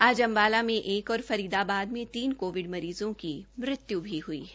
आज अम्बाला में एक और फरीदाबाद में तीने कोविड मरीज़ों की मृत्यु भी हुई है